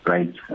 Right